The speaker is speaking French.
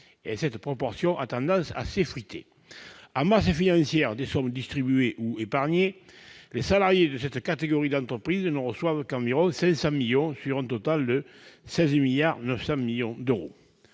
et cette proportion a tendance à s'effriter. Sur la totalité des sommes distribuées ou épargnées, les salariés de cette catégorie d'entreprises ne reçoivent qu'environ 500 millions sur un total de 16,9 milliards d'euros.